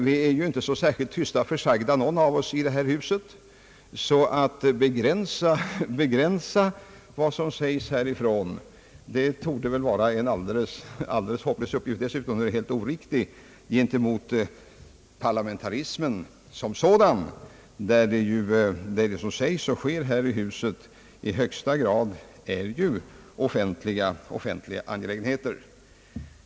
Vi är ju inte så särskilt tysta och försagda någon av oss här i huset, och det torde vara en alldeles hopplös uppgift att begränsa vad som sägs härifrån; dessutom vore ju någonting sådant helt oriktigt med tanke på parlamentarismen — det som sägs och sker här i huset är och måste ju i högsta grad förbli offentliga angelägenheter.